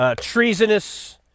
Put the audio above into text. treasonous